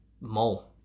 mole